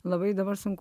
labai dabar sunku